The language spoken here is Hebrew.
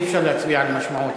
אי-אפשר להצביע על משמעות,